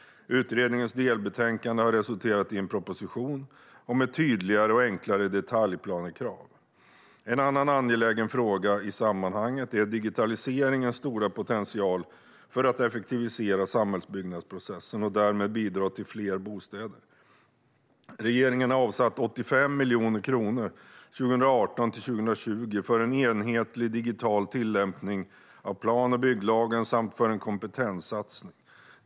Utredningens delbetänkande har resulterat i en proposition om ett tydligare och enklare detaljplanekrav. En annan angelägen fråga i sammanhanget är digitaliseringens stora potential för att effektivisera samhällsbyggnadsprocessen och därmed bidra till fler bostäder. Regeringen har avsatt 85 miljoner kronor 2018-2020 för en enhetlig digital tillämpning av plan och bygglagen samt för en kompetenssatsning.